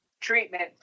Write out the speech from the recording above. treatment